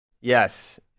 Yes